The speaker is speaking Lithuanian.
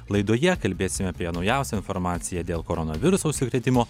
laidoje kalbėsime apie naujausią informaciją dėl koronaviruso užsikrėtimų